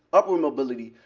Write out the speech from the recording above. upward mobility,